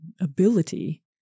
ability